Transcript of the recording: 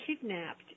kidnapped